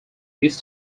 this